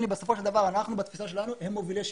בסופו של דבר התפיסה שלנו הם מובילי שינוי.